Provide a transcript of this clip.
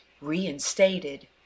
reinstated